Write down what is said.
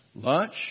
Lunch